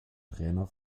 trainer